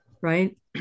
Right